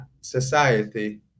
society